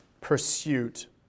pursuit